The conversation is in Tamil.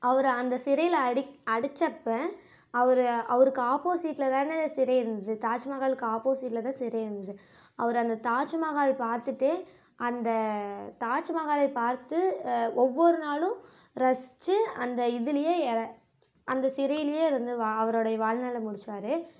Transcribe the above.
அவர் அந்த சிறையில அடிக் அடைச்சப்ப அவர் அவருக்கு ஆப்போசிட்ல தான சிறை இருந்துது தாஜ்மஹாலுக்கு ஆப்போசிட்ல தான் சிறை இருந்தது அவர் அந்த தாஜ்மஹால் பார்த்துட்டே அந்த தாஜ்மஹாலை பார்த்து ஒவ்வொரு நாளும் ரசிச்சு அந்த இதுலையே எர அந்த சிறையிலயே இருந்து வா அவரோடைய வாழ்நாளை முடிச்சார்